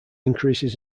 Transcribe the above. increases